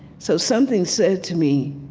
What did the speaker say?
so something said to me,